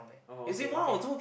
oh okay okay